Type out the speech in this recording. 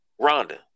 Rhonda